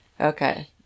Okay